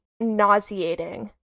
nauseating